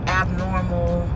abnormal